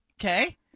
okay